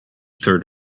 third